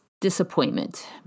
disappointment